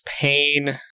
pain